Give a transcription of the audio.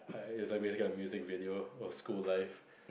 it's like basically a music video of school life